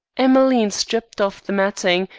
emmeline stripped off the matting,